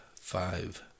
five